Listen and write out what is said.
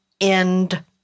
end